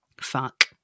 fuck